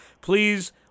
Please